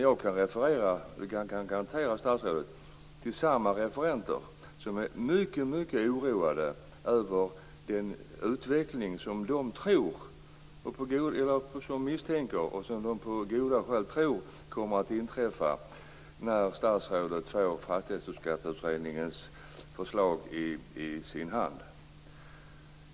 Jag kan garantera att samma intressenter är mycket oroade över den utveckling som de tror och på goda grunder misstänker kommer att inträffa när statsrådet får Fastighetsskatteutredningens förslag i sin hand.